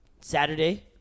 Saturday